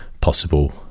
possible